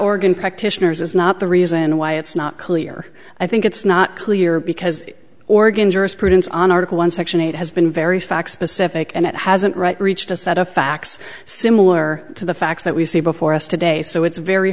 organ practitioners is not the reason why it's not clear i think it's not clear because oregon jurisprudence on article one section eight has been very fact specific and it hasn't right reached a set of facts similar to the facts that we see before us today so it's very